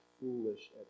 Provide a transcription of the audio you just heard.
foolish